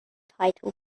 title